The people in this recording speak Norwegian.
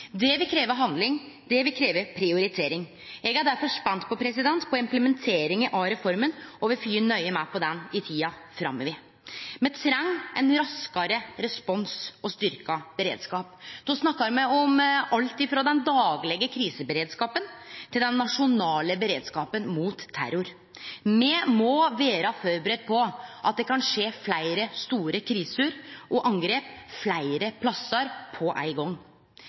Det vil krevje handling, og det vil krevje prioritering. Eg er difor spent på implementeringa av reforma, og vil fylgje nøye med på ho i tida framover. Me treng ein raskare respons og styrkt beredskap. Då snakkar me om alt ifrå den daglege kriseberedskapen til den nasjonale beredskapen mot terror. Me må vere førebudde på at det kan skje fleire store kriser og angrep fleire plassar på ein gong.